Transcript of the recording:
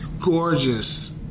gorgeous